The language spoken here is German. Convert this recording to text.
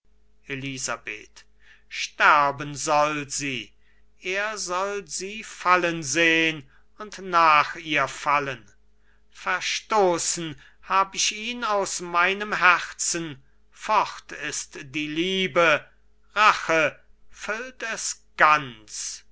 elisabeth sterben soll sie er soll sie fallen sehn und nach ihr fallen verstoßen hab ich ihn aus meinem herzen fort ist die liebe rache füllt es ganz